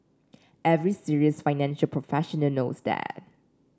every serious financial professional knows that